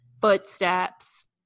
footsteps